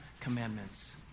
commandments